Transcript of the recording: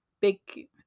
big